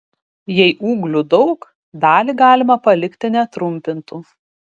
jei ūglių daug dalį galima palikti netrumpintų